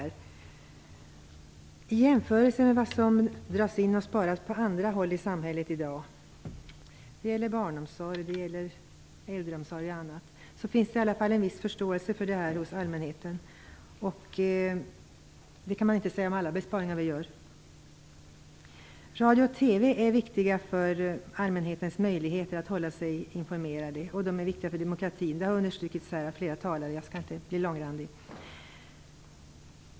I jämförelse med när det dras in och sparas på andra håll i samhället i dag, inom barnomsorg, äldreomsorg och annat, finns det i varje fall en viss förståelse för detta hos allmänheten. Det kan man inte säga om alla besparingar vi gör. Radio och TV är viktiga för allmänhetens möjligheter att hålla sig informerad, och de är viktiga för demokratin. Det har understrukits här av flera talare. Jag tänker därför inte bli långrandig.